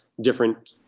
different